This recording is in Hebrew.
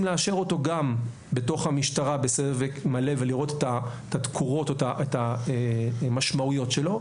לאשר אותו גם בתוך המשטרה בסבב מלא ולראות את המשמעויות שלו,